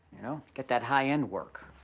you know, get that high end work,